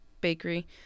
bakery